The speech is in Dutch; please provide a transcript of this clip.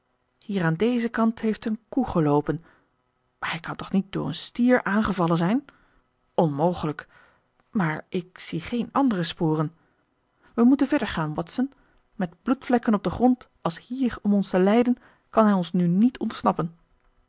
hier aan dezen kant heeft een koe geloopen hij kan toch niet door een stier aangevallen zijn onmogelijk maar ik zie geen andere sporen wij moeten verder gaan watson met bloedvlekken op den grond als hier om ons te leiden kan hij ons nu niet ontsnappen